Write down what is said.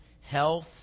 health